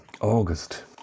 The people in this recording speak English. August